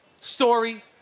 story